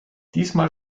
diesmal